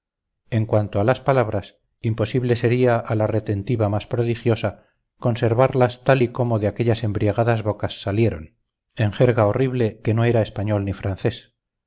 en cuanto a las palabras imposible sería a la retentiva más prodigiosa conservarlas tal y como de aquellas embriagadas bocas salieron en jerga horrible que no era español ni francés